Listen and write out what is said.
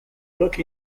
look